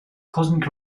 cosmic